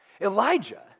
Elijah